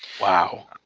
Wow